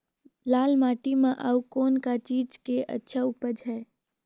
लाल माटी म अउ कौन का चीज के अच्छा उपज है?